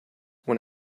when